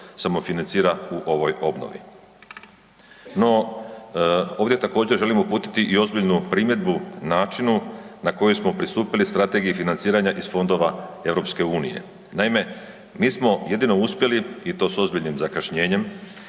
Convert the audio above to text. samofinancira u ovoj obnovi. No, ovdje također želim uputiti i ozbiljnu primjedbu načinu na koji smo pristupili strategiji financiranja iz fondova EU. Naime, mi smo jedino uspjeli i to s ozbiljnim zakašnjenjem